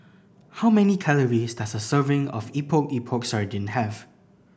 how many calories does a serving of Epok Epok Sardin have